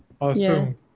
awesome